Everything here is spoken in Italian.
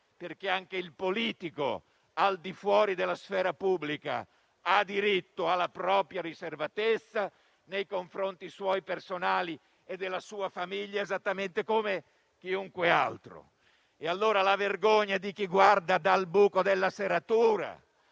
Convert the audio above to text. perché anche il politico, al di fuori della sfera pubblica, ha diritto alla propria riservatezza nei confronti suoi personali e della sua famiglia, esattamente come chiunque altro. La vergogna di chi guarda dal buco della serratura